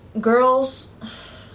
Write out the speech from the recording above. Girls